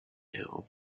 and